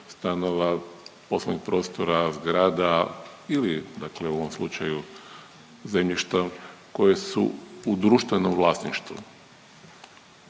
stanova, poslovnih prostora, zgrada ili dakle u ovom slučaju zemljišta koje su u društvenom vlasništvu.